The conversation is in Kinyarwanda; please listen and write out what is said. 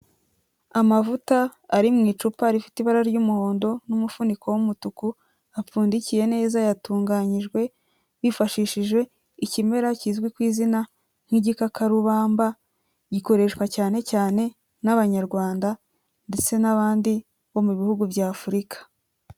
Amavuta ari mu icupa rifite ibara ry'umuhondo n'umufuniko w'umutuku apfundikiye neza yatunganyijwe bifashishije ikimera kizwi ku izina nk'igikakarubamba gikoreshwa cyane cyane n'abanyarwanda ndetse n'abandi bo mu bihugu bya Afurika.